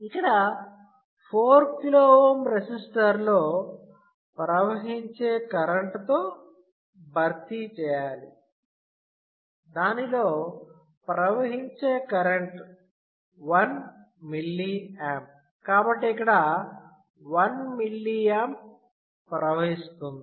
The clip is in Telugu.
ఇక్కడ 4KΩ రెసిస్టర్ లో ప్రవహించే కరెంటు తో భర్తీ చేయాలి దానిలో ప్రవహించే కరెంటు 1mA కాబట్టి ఇక్కడ 1mA ప్రవహిస్తుంది